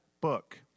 book